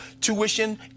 tuition